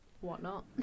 whatnot